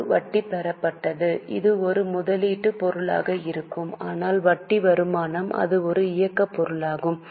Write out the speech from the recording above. ஒரு வட்டி பெறப்பட்டது இது ஒரு முதலீட்டு பொருளாக இருக்கும் ஆனால் வட்டி வருமானம் இது ஒரு இயக்க பொருளாகும்